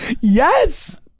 Yes